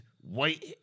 white